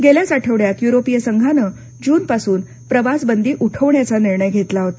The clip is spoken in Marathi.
गेल्याच आठवड्यात युरोपीय संघानं जून पासून प्रवासबंदी उठवण्याचा निर्णय घेतला होता